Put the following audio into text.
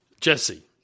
Jesse